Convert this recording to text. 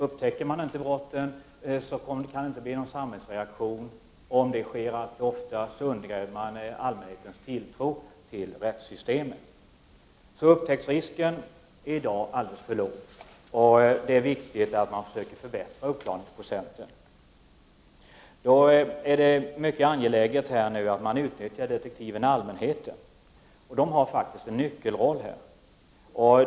Upptäcks inte brotten kan det inte bli någon samhällsreaktion, och om det sker alltför ofta undergrävs allmänhetens tilltro till rättssystemet. Upptäcktsrisken är i dag alldeles för låg, och det är viktigt att man försöker förbättra uppklarningsprocenten. Då är det mycket angeläget att utnyttja detektiven Allmänheten, som har en nyckelroll här.